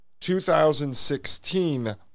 2016